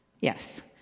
Yes